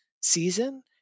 season